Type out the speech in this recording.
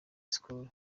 skol